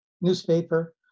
newspaper